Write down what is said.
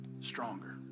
stronger